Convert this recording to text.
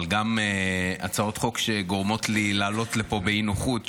אבל גם הצעות חוק שגורמות לי לעלות לפה באי-נוחות,